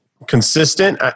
consistent